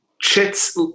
chits